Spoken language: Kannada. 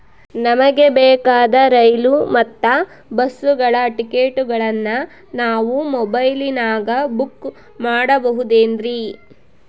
ನಮಗೆ ಬೇಕಾದ ರೈಲು ಮತ್ತ ಬಸ್ಸುಗಳ ಟಿಕೆಟುಗಳನ್ನ ನಾನು ಮೊಬೈಲಿನಾಗ ಬುಕ್ ಮಾಡಬಹುದೇನ್ರಿ?